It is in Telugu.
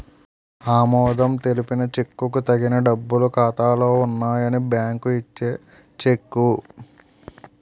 ఆమోదం తెలిపిన చెక్కుకు తగిన డబ్బులు ఖాతాలో ఉన్నాయని బ్యాంకు ఇచ్చే చెక్కు